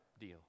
deal